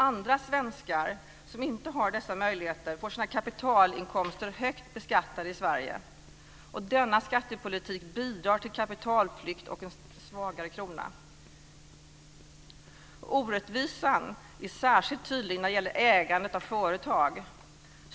Andra svenskar, som inte har dessa möjligheter, får sina kapitalinkomster högt beskattade i Sverige. Denna skattepolitik bidrar till kapitalflykt och en svagare krona. Orättvisan är särskilt tydlig när det gäller ägandet av företag.